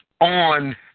on